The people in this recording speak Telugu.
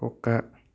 కుక్క